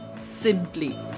simply